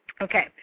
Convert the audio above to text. Okay